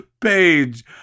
page